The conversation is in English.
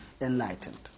enlightened